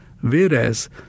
Whereas